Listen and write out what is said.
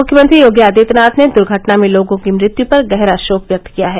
मुख्यमंत्री योगी आदित्यनाथ ने दुर्घटना में लोगों की मृत्यु पर गहरा शोक व्यक्त किया है